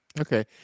Okay